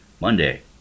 Monday